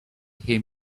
hear